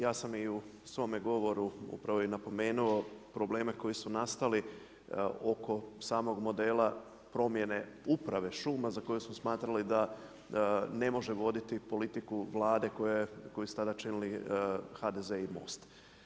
Ja sam i u svome govoru upravo napomenuo probleme koji su nastali oko samog modela promijene uprave šuma za koji su smatrali da ne može voditi politiku Vlade koju su tada činili HDZ i Most.